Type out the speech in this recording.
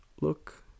look